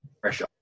pressure